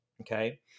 Okay